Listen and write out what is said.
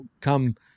come